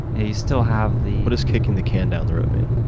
you still have the what does kicking the can down the road mean?